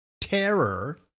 terror